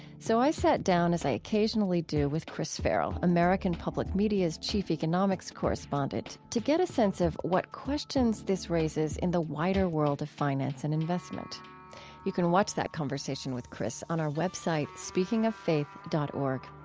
so i sat down as i occasionally do with chris farrell, american public media's chief economics correspondent, to get a sense of what questions this raises in the wider world of finance and investment you can watch my conversation with chris on our web site, speakingoffaith dot org.